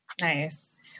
nice